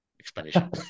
explanation